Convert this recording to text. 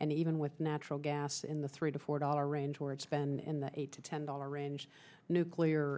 and even with natural gas in the three to four dollar range where it's been in the eight to ten dollar range nuclear